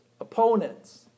opponents